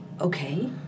Okay